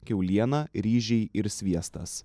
kiauliena ryžiai ir sviestas